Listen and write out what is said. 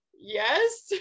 yes